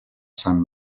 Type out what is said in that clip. sant